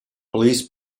police